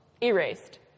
erased